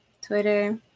Twitter